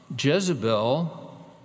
Jezebel